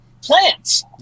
plants